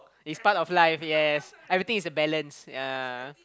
it's part of life yes everything is a balance yea